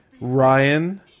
Ryan